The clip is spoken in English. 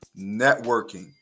networking